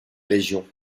régions